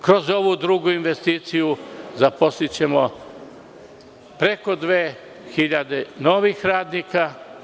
Kroz ovu drugu investiciju zaposlićemo preko 2.000 novih radnika.